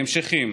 בהמשכים,